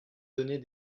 donner